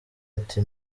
ati